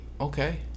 Okay